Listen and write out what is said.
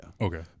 Okay